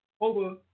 over